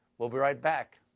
we'll be right back.